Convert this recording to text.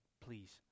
please